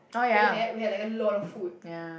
that we had we had a lot of food